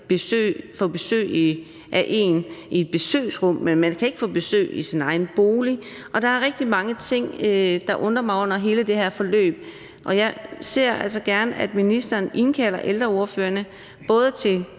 få besøg af én person i et besøgsrum, at man ikke kan få besøg i sin egen bolig. Der er rigtig mange ting, der undrer mig under hele det her forløb, og jeg ser altså gerne, at ministeren indkalder ældreordførerne til